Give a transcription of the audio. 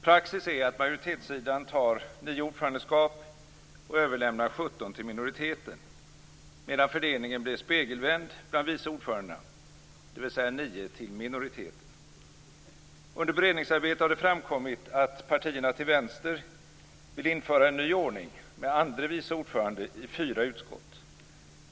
Praxis är att majoritetssidan tar nio ordförandeskap och överlämnar sju åt majoriteten medan fördelningen blir spegelvänd när det gäller vice ordföranden, dvs. nio till minoriteten. Under beredningsarbetet har det framkommit att partierna till vänster vill införa en ny ordning med andre vice ordförande i fyra utskott.